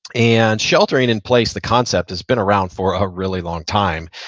and sheltering in place, the concept, has been around for a really long time.